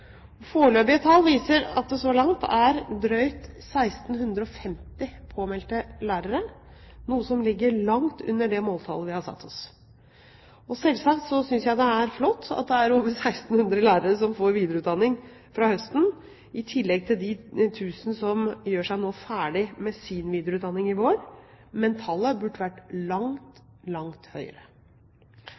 Foreløpige tall viser at det så langt er drøyt 1 650 påmeldte lærere, noe som ligger langt under det måltallet vi har satt oss. Selvsagt synes jeg det er flott at det er over 1 600 lærere som får videreutdanning fra høsten, i tillegg til de 1 000 som gjør ferdig sin videreutdanning i vår. Men tallet burde vært langt høyere.